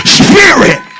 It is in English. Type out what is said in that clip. spirit